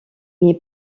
n’est